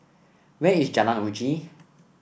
where is Jalan Uji